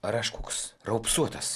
ar aš koks raupsuotas